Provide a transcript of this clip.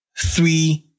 three